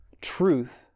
truth